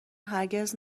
هرگز